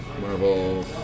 Marvel